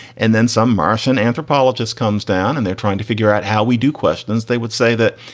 and then some martian anthropologist's comes down and they're trying to figure out how we do questions. they would say that,